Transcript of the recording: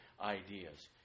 ideas